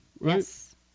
Yes